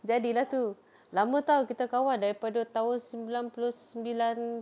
jadi lah tu lama tahu kita kawan daripada tahun sembilan puluh sembilan